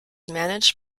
managed